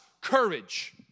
Courage